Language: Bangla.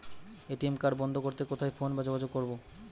এ.টি.এম কার্ড বন্ধ করতে কোথায় ফোন বা যোগাযোগ করব?